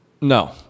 No